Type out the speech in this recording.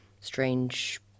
strange